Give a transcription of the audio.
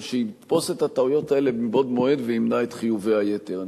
שיתפוס את הטעויות האלה מבעוד מועד וימנע את חיובי היתר.